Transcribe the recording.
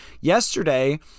yesterday